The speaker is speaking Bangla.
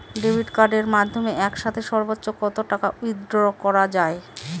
ডেবিট কার্ডের মাধ্যমে একসাথে সর্ব্বোচ্চ কত টাকা উইথড্র করা য়ায়?